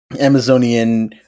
amazonian